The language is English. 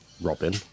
robin